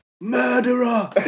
murderer